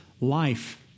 life